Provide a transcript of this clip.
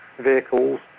vehicles